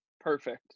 Perfect